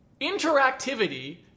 Interactivity